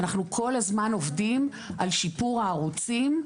אנחנו כל הזמן עובדים על שיפור הערוצים,